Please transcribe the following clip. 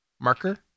marker